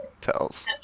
tells